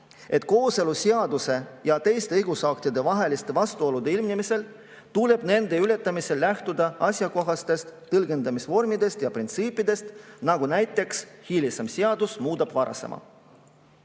et kooseluseaduse ja teiste õigusaktide vaheliste vastuolude ilmnemisel tuleb nende ületamisel lähtuda asjakohastest tõlgendamisvormidest ja printsiipidest, näiteks et hilisem seadus muudab varasema.